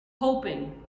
hoping